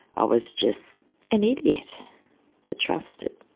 i was just an idiot that trusted.